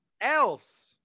else